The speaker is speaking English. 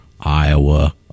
Iowa